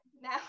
now